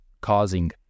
causing